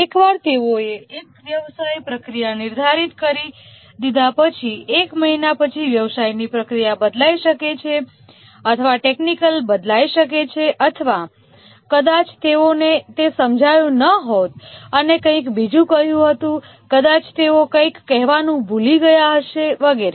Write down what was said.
એકવાર તેઓએ એક વ્યવસાય પ્રક્રિયા નિર્ધારિત કરી દીધા પછી એક મહિના પછી વ્યવસાયની પ્રક્રિયા બદલાઇ શકે છે અથવા ટેકનિકલ બદલાઇ શકે છે અથવા કદાચ તેઓને તે સમજાયું ન હોત અને કંઈક બીજું કહ્યું હતું કદાચ તેઓ કંઈક કહેવાનું ભૂલી ગયા હશે વગેરે